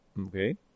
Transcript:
Okay